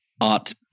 Art